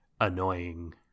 annoying